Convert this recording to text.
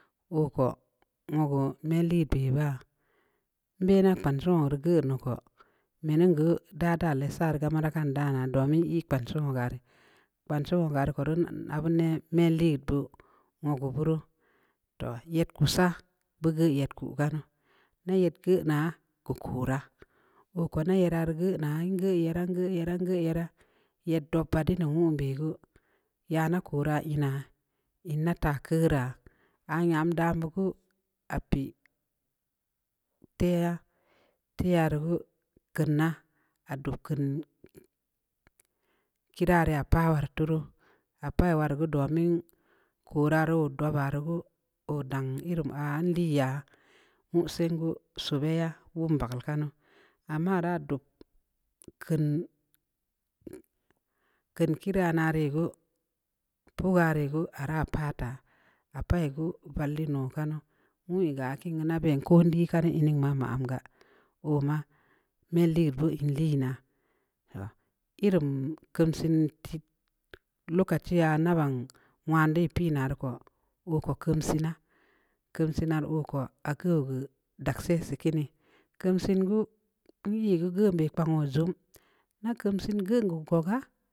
Oo ko, wogu mel ligeud beh baa, nbeh nda kpansi wogu rii geun di ko, men ning geu da daa lessu aah rii ga dan da naa, domin ii kpansi wogaa rii, kpansii woga rii ko rii abu mell ligeud wogu ruu, toh! Yed kussaa, bu geu yed kuh kanu, nda yed geu naa, geu koraa, oo koo nda yeraa rii geunaa, ngeuh yeraa-ngeuh yeraa-ngeuh yeraa. yed dob badin yi nwun beh gu, ya nda koraa inaa, in nda taa keuraa, aah nyam dam bud gu, aah pii teyaah, dnaa, aah dub keunnkiiraa rii aah paa woru tu ruu, aah pai woru geu domin, kora rii dobaa geu, oo dang ii riin ari nlii yaa, nwuh sen geu, subeya, nwub bageul kanu, amma aah raa aah daa dub, keud kirii anaa rii gu, araa paa taa, aah pi geuvallin oo kanu, nwui geu aah kiin geeu ko nlii kanu in ning maa man gaa, oo maa, mel ligeud bu in liinaa, irim keumsin lokachi aah nda ban nwan dii piin na rii ko, oo ko keumsiina-keumsiina rii oo ko, aah geuw geu dagsi yessi kiini, keumsin geu, n'ii geun beh geu, geun beh rii kpang oo zum, nda keumsin geun geu googaa.